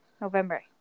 November